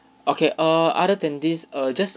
okay err other than this err just